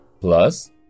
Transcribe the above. plus